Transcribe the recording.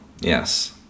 Yes